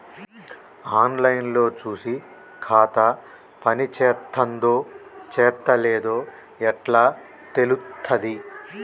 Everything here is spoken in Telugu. ఆన్ లైన్ లో చూసి ఖాతా పనిచేత్తందో చేత్తలేదో ఎట్లా తెలుత్తది?